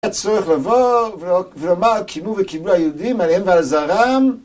צריך לבוא ולומר, קימו וקימו ליהודים, עליהם ועל זהרם